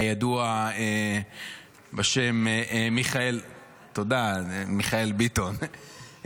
הידוע בשם מיכאל, תודה, מיכאל ביטון.